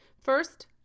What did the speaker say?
First